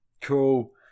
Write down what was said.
Cool